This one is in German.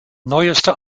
neueste